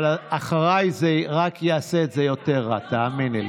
אבל אחריי זה רק יעשה את זה יותר רע, תאמיני לי.